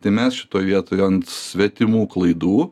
tai mes šitoj vietoj ant svetimų klaidų